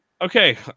okay